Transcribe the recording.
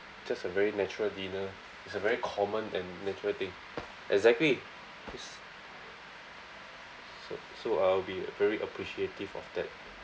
just a very natural dinner it's a very common and natural thing exactly it's so so I'll be very appreciative of that